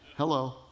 hello